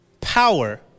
power